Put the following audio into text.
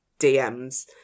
DMs